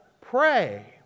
pray